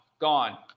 gone